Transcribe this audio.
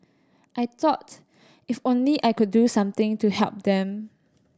I thought if only I could do something to help them